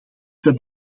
dat